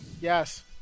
Yes